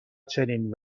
چنین